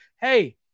hey